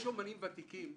יש אומנים ותיקים,